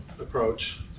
approach